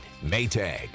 Maytag